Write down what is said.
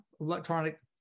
electronic